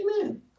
Amen